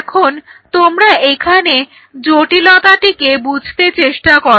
এখন তোমরা এখানে জটিলতাটিকে বুঝতে চেষ্টা করো